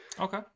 Okay